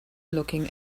looking